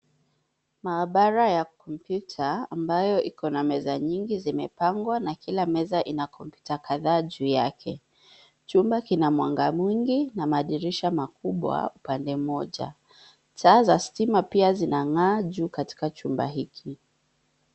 Maabara ya kompyuta ambayo iko na meza nyingi zimepangwa na kila meza ina kompyuta kadhaa juu yake. Chumba kina mwanga mwingi na madirisha makubwa pande moja. Taa za stima pia zing'aa juu katika chumba hiki.